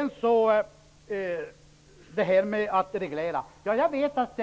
När det gäller detta med att reglera, vet jag att